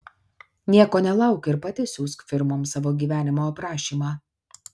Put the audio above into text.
nieko nelauk ir pati siųsk firmoms savo gyvenimo aprašymą